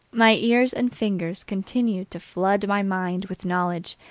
my ears and fingers continued to flood my mind with knowledge,